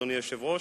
אדוני היושב-ראש,